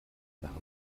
machen